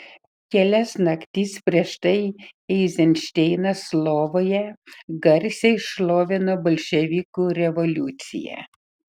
kelias naktis prieš tai eizenšteinas lovoje garsiai šlovina bolševikų revoliuciją